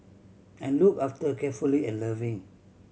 and looked after carefully and loving